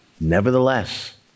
Nevertheless